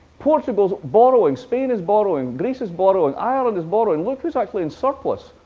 portugal is borrowing. spain is borrowing. greece is borrowing. ireland is borrowing. look who's actually in surplus.